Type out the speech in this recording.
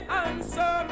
answer